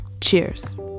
Cheers